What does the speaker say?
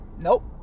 Nope